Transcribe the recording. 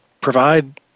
provide